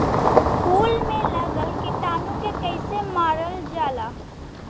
फूल में लगल कीटाणु के कैसे मारल जाला?